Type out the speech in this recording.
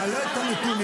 נעלה את הנתונים,